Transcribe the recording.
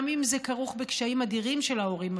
וגם אם זה כרוך בקשיים אדירים של ההורים,